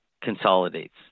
consolidates